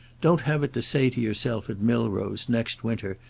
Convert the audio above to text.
don't have it to say to yourself at milrose, next winter,